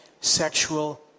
sexual